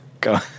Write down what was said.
go